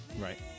Right